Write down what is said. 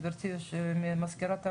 גברתי מזכירת הוועדה,